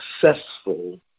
successful